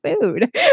food